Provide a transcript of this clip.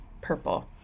purple